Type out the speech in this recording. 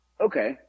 okay